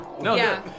No